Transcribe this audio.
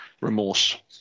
remorse